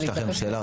האם יש לכם שאלה?